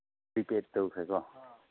prepaid ꯇꯧꯈ꯭ꯔꯦꯀꯣ ꯑꯥ